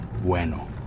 Bueno